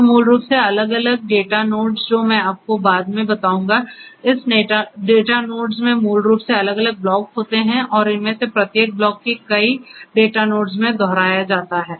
तो मूल रूप से अलग अलग डेटा नोड्स जो मैं आपको बाद में बताऊंगा इस डेटा नोड्स में मूल रूप से अलग अलग ब्लॉक होते हैं और इनमें से प्रत्येक ब्लॉक को कई डेटा नोड्स में दोहराया जाता है